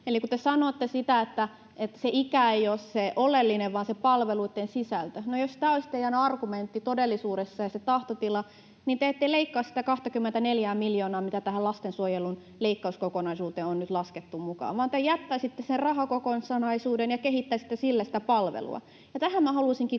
Eli kun te sanotte, että se ikä ei ole se oleellinen vaan se palveluitten sisältö, niin jos tämä olisi teidän argumenttinne ja tahtotilanne todellisuudessa, te ette leikkaisi sitä 24:ää miljoonaa, mitä lastensuojelun leikkauskokonaisuuteen on nyt laskettu mukaan, vaan te jättäisitte sen rahakokonaisuuden ja kehittäisitte sillä sitä palvelua.